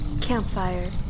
Campfire